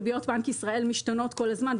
ריביות בנק ישראל משתנות כל הזמן.